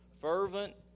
fervent